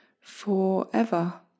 forever